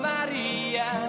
Maria